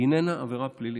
היא איננה עבירה פלילית,